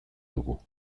dugu